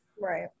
Right